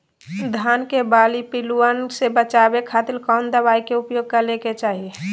धान के बाली पिल्लूआन से बचावे खातिर कौन दवाई के उपयोग करे के चाही?